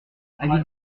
avis